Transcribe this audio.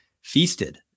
feasted